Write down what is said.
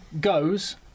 goes